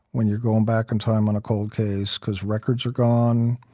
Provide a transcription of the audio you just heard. when you're going back in time on a cold case, cause records are gone,